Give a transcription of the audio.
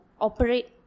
operate